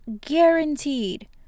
guaranteed